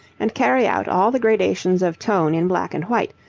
and carry out all the gradations of tone in black and white,